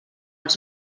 els